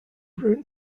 route